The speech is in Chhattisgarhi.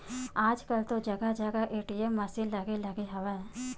आजकल तो जगा जगा ए.टी.एम मसीन लगे लगे हवय